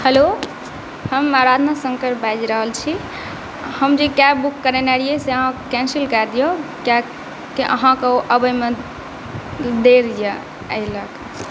हलो हम शंकर बाजि रहल छी हम जे कैब बुक करने रहियै से आहाँ कैंसिल कए दियौ किएकि आहाँके ओ अबै मे देर यऽ एहि लऽ के